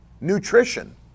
nutrition